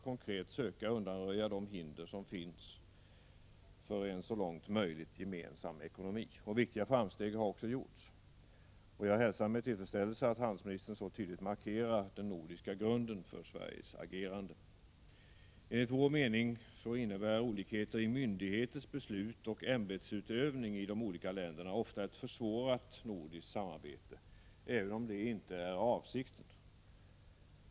Konkret söker vi undanröja de hinder som finns för en så långt möjligt gemensam ekonomi. Viktiga framsteg har också gjorts. Jag hälsar med tillfredsställelse att handelsministern så tydligt markerade den nordiska grunden för Sveriges agerande. Enligt vår uppfattning innebär olikheter i myndigheters beslut och ämbetsutövning i de olika länderna ofta ett försvårat nordiskt samarbete, även om detta inte är avsikten.